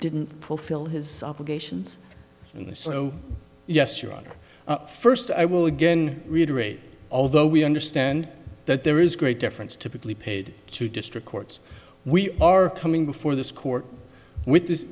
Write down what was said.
didn't fulfill his obligations in the so yes your honor first i will again reiterate although we understand that there is great difference typically paid to district courts we are coming before this court with this